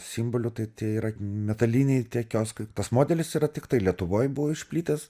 simbolių tai tie yra metaliniai kioskai tas modelis yra tiktai lietuvoj buvo išplitęs